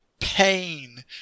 pain